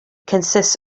consists